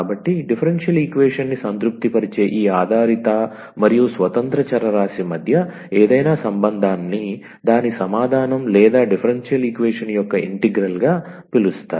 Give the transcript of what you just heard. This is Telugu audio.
కాబట్టి డిఫరెన్షియల్ ఈక్వేషన్ని సంతృప్తిపరిచే ఈ ఆధారిత మరియు స్వతంత్ర చరరాశి మధ్య ఏదైనా సంబంధాన్ని దాని సమాధానం లేదా డిఫరెన్షియల్ ఈక్వేషన్ యొక్క ఇంటిగ్రల్ గా పిలుస్తారు